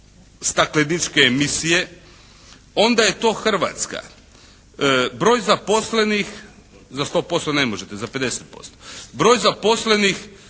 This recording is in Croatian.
stakleničke emisije onda je to Hrvatska. Broj zaposlenih, za 100% ne možete, za 50%, broj zaposlenih